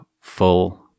full